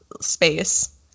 space